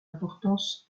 importance